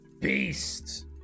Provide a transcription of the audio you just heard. beast